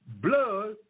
blood